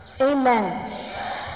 Amen